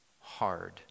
hard